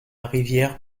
rivière